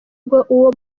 uwo